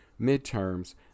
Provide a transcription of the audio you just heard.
midterms